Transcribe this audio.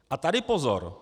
A tady pozor.